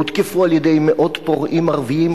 הותקפו על-ידי מאות פורעים ערבים,